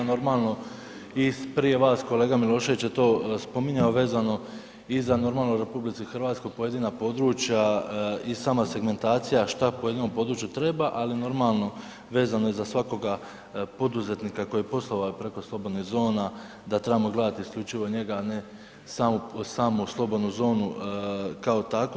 Normalno, i prije vas kolega Milošević je to spominjao vezano i za normalno u RH pojedina područja i sama segmentacija šta pojedinom području treba, ali normalno vezano i za svakoga poduzetnika koji je poslovao preko slobodnih zona da trebamo gledati isključivo njega, a ne samu slobodnu zonu kao takvu.